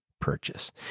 purchase